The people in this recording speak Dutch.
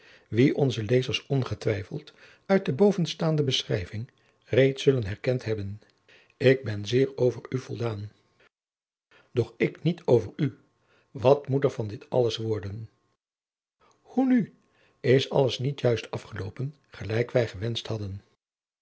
wien onze lezers ongetwijfeld uit de bovenstaande beschrijving reeds zullen herkend hebben ik ben zeer over u voldaan doch ik niet over u wat moet er van dit alles worden hoe nu is alles niet juist afgeloopen gelijk wij gewenscht hadden